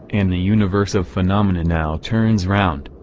and the universe of phenomena now turns round,